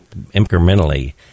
incrementally